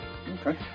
Okay